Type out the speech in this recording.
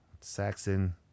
Saxon